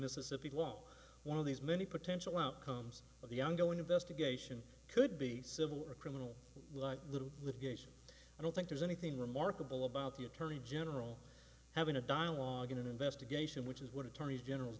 mississippi whoa one of these many potential outcomes of the ongoing investigation could be civil or criminal like little litigation i don't think there's anything remarkable about the attorney general having a dialogue in an investigation which is what attorney general